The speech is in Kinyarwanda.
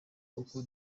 uko